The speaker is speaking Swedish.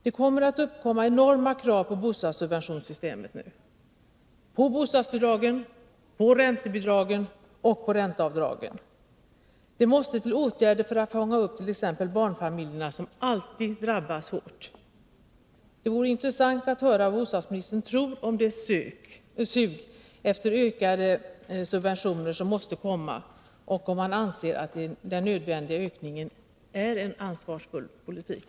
Nu kommer det att uppkomma enorma krav på bostadssubventionssystemet: på bostadsbidragen, på räntebidragen och på ränteavdragen. Det måste till åtgärder för att fånga upp t.ex. barnfamiljerna, som alltid drabbas hårt. Det vore intressant att höra vad bostadsministern tror om det sug efter ökade subventioner som måste komma och om han anser att den nödvändiga ökningen innebär en ansvarsfull politik.